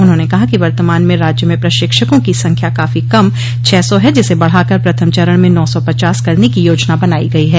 उन्होंने कहा कि वर्तमान में राज्य में प्रशिक्षकों की संख्या काफी कम छह सौ है जिसे बढ़ाकर प्रथम चरण में नौ सौ पचास करने की योजना बनाई गई है